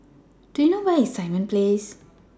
Do YOU know Where IS Simon Place